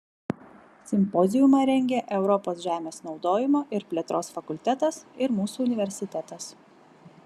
simpoziumą rengė europos žemės naudojimo ir plėtros fakultetas ir mūsų universitetas